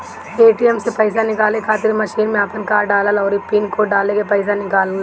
ATM से पईसा निकाले खातिर मशीन में आपन कार्ड डालअ अउरी पिन कोड डालके पईसा निकाल लअ